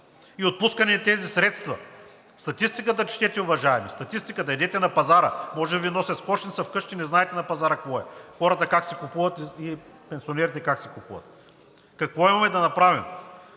и отпускане на тези средства. (Реплики.) Статистиката четете, уважаеми, статистиката. Идете на пазара. Може да Ви носят с кошница вкъщи, не знаете на пазара какво е, хората как си купуват и пенсионерите как си купуват. Какво имаме да направим?